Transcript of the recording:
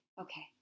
Okay